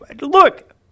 look